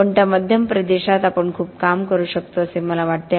पण त्या मध्यम प्रदेशात आपण खूप काम करू शकतो असे मला वाटते